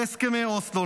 להסכמי אוסלו,